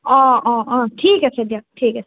অঁ অঁ অঁ ঠিক আছে দিয়ক ঠিক আছে